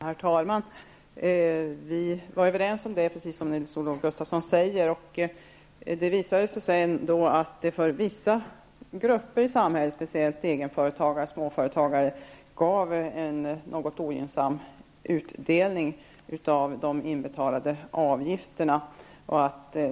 Herr talman! Vi var överens, precis som Nils-Olof Gustafsson säger. Det visade sig dock senare att det för vissa grupper i samhället, speciellt egenföretagare och småföretagare, gav en något ogynnsam utdelning på de inbetalda avgifterna.